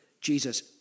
Jesus